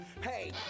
Hey